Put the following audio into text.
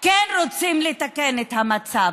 כן רוצים לתקן את המצב.